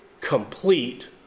complete